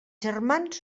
germans